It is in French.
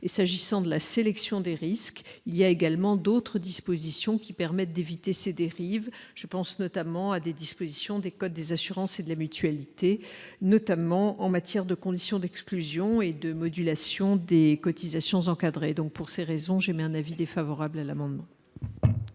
et s'agissant de la sélection des risques, il y a également d'autres dispositions qui permettent d'éviter ces dérives, je pense notamment à des dispositions des des assurances et de la Mutualité, notamment en matière de conditions d'exclusion et de modulation des cotisations encadrée donc pour ces raisons, j'émets un avis défavorable à l'amendement.